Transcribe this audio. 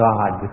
God